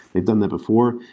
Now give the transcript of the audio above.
they've done that before.